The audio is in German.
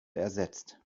ersetzt